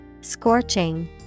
Scorching